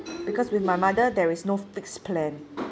because with my mother there is no fixed plan